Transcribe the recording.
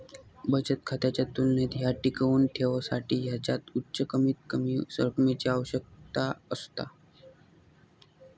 बचत खात्याच्या तुलनेत ह्या टिकवुन ठेवसाठी ह्याच्यात उच्च कमीतकमी रकमेची आवश्यकता असता